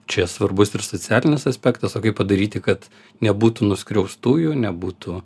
čia svarbus ir socialinis aspektas o kaip padaryti kad nebūtų nuskriaustųjų nebūtų